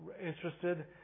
interested